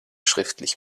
schriftlich